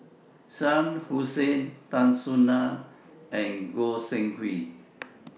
Shah Hussain Tan Soo NAN and Goi Seng Hui